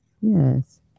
Yes